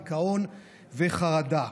דיכאון וחרדה.